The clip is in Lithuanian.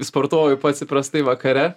sportuoju pats įprastai vakare